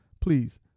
please